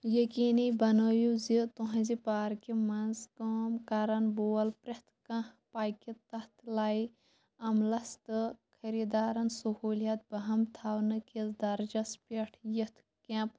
یقیٖنی بنٲوِو زِ تُہٕنٛزِ پاركہِ منٛز كٲم كَرن وول پرٛٮ۪تھ كانٛہہ پكہِ تتھ لَیہِ عملس تہٕ خریٖدارن سہوٗلِیات بہم تھونہٕ كِس دٔرجس پٮ۪ٹھ یُتھ كیمپ